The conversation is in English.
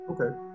Okay